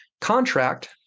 contract